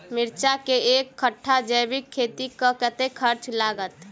मिर्चा केँ एक कट्ठा जैविक खेती मे कतेक खर्च लागत?